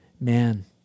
man